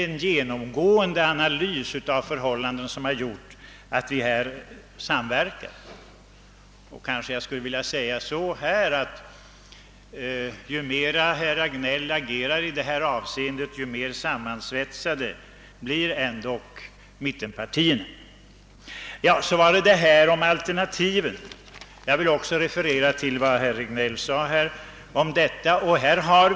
En ingående analys av förhållanidena har gjort att vi i detta fall har funnit det lämpligt att samverka. Men ju mer herr Hagnell agerar i detta avseende, desto mer sammansvetsade blir mittenpartierna. Även när det gäller talet om alternativen vill jag hänvisa till vad herr Regnéll sade.